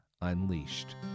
Unleashed